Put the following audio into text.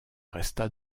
resta